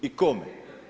I kome?